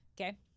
okay